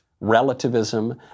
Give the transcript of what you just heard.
relativism